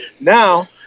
Now